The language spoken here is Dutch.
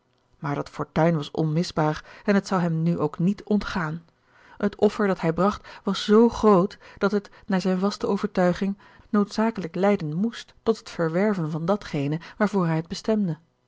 maar dat fortuin was onmisbaar en het zou hem nu ook niet ontgaan het offer dat hij bracht was z groot dat het naar zijne vaste overtuiging noodzakelijk leiden moest tot het verwerven van datgene waarvoor hij het bestemde